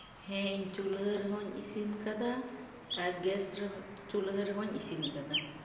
ᱦᱮᱸ ᱤᱧ ᱪᱩᱞᱦᱟᱹ ᱨᱮᱦᱚᱸᱧ ᱤᱥᱤᱱ ᱠᱟᱫᱟ ᱟᱨ ᱜᱮᱥ ᱨᱮᱦᱚᱸᱧ ᱪᱩᱞᱦᱟᱹ ᱨᱮᱦᱚᱸᱧ ᱤᱥᱤᱱ ᱠᱟᱫᱟ